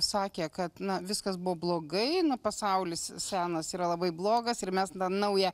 sakė kad na viskas buvo blogai na pasaulis senas yra labai blogas ir mes tą naują